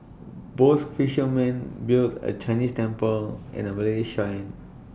both fishermen built A Chinese temple and A Malay Shrine